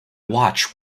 watch